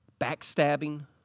Backstabbing